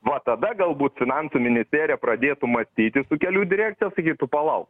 va tada galbūt finansų ministerija pradėtų mąstyti su kelių direkcija sakytų palauk